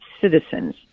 citizens